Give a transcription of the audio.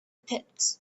pit